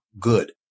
good